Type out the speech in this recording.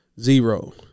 Zero